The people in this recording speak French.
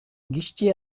guichetier